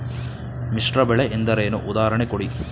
ಮಿಶ್ರ ಬೆಳೆ ಎಂದರೇನು, ಉದಾಹರಣೆ ಕೊಡಿ?